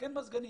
ולתקן מזגנים.